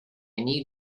need